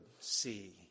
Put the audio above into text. see